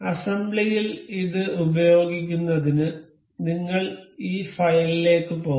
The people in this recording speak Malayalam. അസംബ്ലിയിൽ ഇത് ഉപയോഗിക്കുന്നതിന് നിങ്ങൾ ഈ ഫയലിലേക്ക് പോകണം